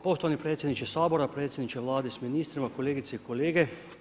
Poštovani predsjedniče Sabora, predsjedniče Vlade s ministrima, kolegice i kolege.